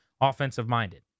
offensive-minded